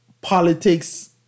politics